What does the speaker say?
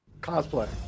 Cosplay